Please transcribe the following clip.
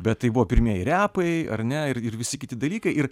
bet tai buvo pirmieji repai ar ne ir ir visi kiti dalykai ir